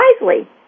wisely